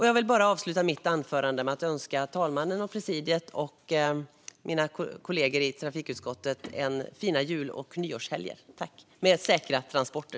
Jag vill avsluta mitt anförande med att önska talmannen, presidiet och mina kollegor i trafikutskottet fina jul och nyårshelger med säkra transporter.